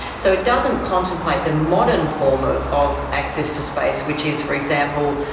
so it doesn't contemplate the modern form of of access to space which is, for example,